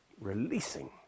releasing